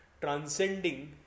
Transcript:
transcending